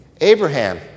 Abraham